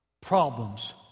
problems